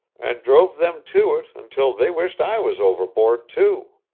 and drove them to it until they wished i was overboard, too.